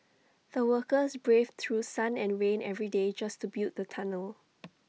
the workers braved through sun and rain every day just to build the tunnel